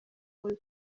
paul